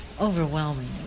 overwhelming